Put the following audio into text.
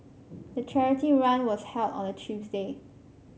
the charity run was held on a Tuesday